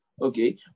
okay